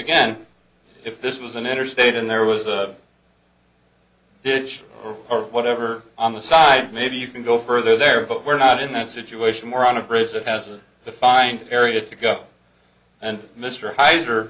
again if this was an interstate and there was a fish or whatever on the side maybe you can go further there but we're not in that situation more on a bridge that has a defined area to go and mr highs are